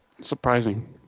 surprising